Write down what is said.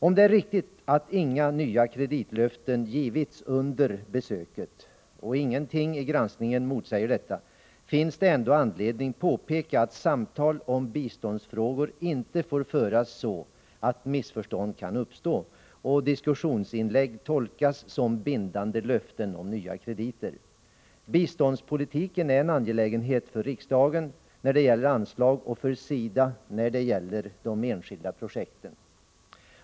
Om det är riktigt att inga nya kreditlöften givits under besöket — och ingenting i granskningen motsäger detta — finns det ändå anledning att påpeka att samtal om biståndsfrågor inte får föras så att missförstånd kan uppstå och diskussionsinlägg tolkas som bindande löften om nya krediter. Biståndspolitiken är en angelägenhet för riksdagen när det gäller anslag och för SIDA när det gäller de enskilda projekten.